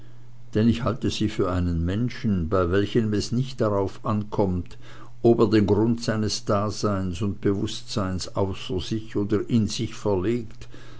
denn ich halte sie für einen menschen bei welchem es nicht darauf ankommt ob er den grund seines daseins und bewußtseins außer sich oder in sich verlegt